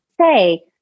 say